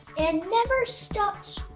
and never stops